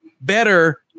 better